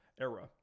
era